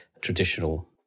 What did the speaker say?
traditional